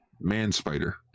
Man-Spider